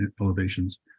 elevations